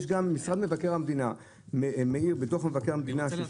משרד מבקר המדינה מעיר בדוח מבקר המדינה 68,